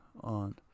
on